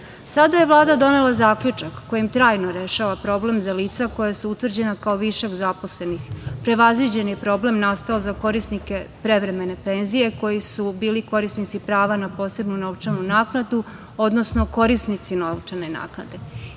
je Vlada donela zaključak kojim trajno rešava problem za lica koja su utvrđena kao višak zaposlenih. Prevaziđen je problem nastao za korisnike prevremene penzije koji su bili korisnici prava na posebnu novčanu naknadu, odnosno korisnici novčane naknade.